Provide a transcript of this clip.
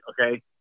okay